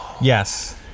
Yes